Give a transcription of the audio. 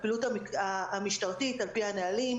הפעילות המשטרתית על פי הנהלים,